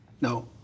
No